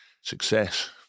success